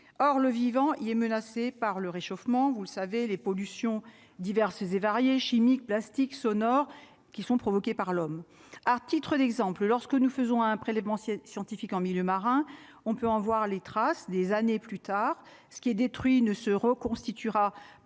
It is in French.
or le vivant, il est menacé par le réchauffement, vous le savez les pollutions diverses et variées, chimiques, plastiques, sonores qui sont provoqués par l'homme, à titre d'exemple, lorsque nous faisons un prélèvement scientifique en milieu marin, on peut en voir les traces des années plus tard, ce qui est détruit ne se reconstituera pas